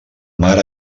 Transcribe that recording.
mare